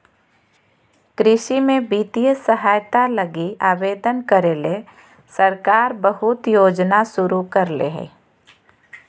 कृषि में वित्तीय सहायता लगी आवेदन करे ले सरकार बहुत योजना शुरू करले हइ